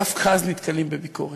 דווקא אז נתקלים בביקורת.